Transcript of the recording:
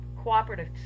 Cooperative